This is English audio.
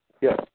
Yes